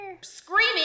Screaming